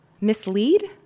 mislead